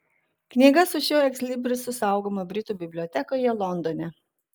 knyga su šiuo ekslibrisu saugoma britų bibliotekoje londone